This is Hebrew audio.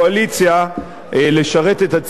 לשרת את הציבור מהאופוזיציה.